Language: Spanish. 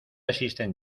existen